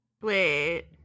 wait